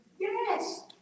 Yes